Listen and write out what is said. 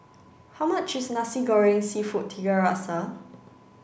how much is Nasi Goreng seafood Tiga Rasa